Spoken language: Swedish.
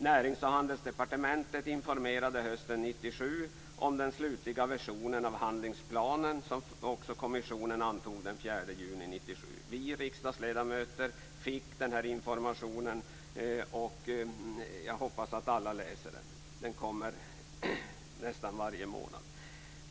Närings och handelsdepartementet informerade hösten 1997 om den slutliga versionen av den handlingsplan som också kommissionen antog den 4 juni 1997. Vi riksdagsledamöter fick också den här informationen. Jag hoppas att alla läser denna information. Den kommer nästan varje månad.